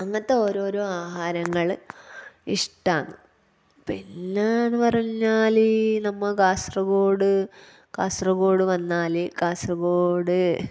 അങ്ങനത്തെ ഓരോരോ ആഹാരങ്ങള് ഇഷ്ടമാണ് പിന്നെന്ന് പറഞ്ഞാല് നമ്മൾ കാസര്കോഡ് കാസര്കോഡ് വന്നാല് കാസര്കോഡ്